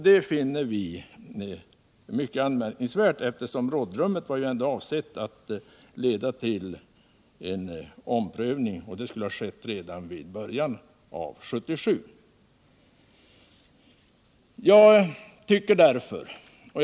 Det finner vi mycket anmärkningsvärt eftersom rådrummet var avsett att leda till en omprövning, och det skulle ha skett redan i början av 1977.